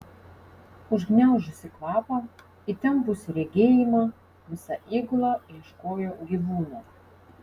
užgniaužusi kvapą įtempusi regėjimą visa įgula ieškojo gyvūno